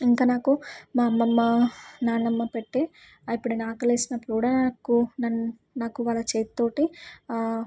ఇంక నాకు మా అమ్మమ్మ నాన్నమ్మ పెట్టే ఎప్పుడైనా ఆకలి వేసినప్పుడు కూడా నాకు నన్ నాకు వాళ్ళ చేతి తోటి